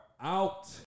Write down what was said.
out